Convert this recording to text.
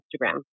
Instagram